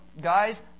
Guys